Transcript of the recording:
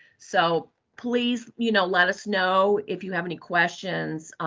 so please, you know, let us know if you have any questions.